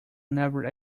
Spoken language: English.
never